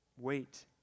Wait